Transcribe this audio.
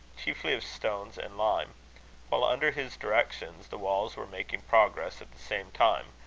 chiefly of stones and lime while, under his directions, the walls were making progress at the same time,